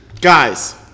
Guys